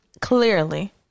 clearly